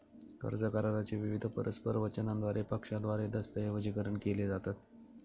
कर्ज करारा चे विविध परस्पर वचनांद्वारे पक्षांद्वारे दस्तऐवजीकरण केले जातात